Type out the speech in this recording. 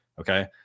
Okay